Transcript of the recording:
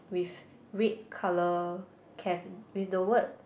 with red colour caf~ with the word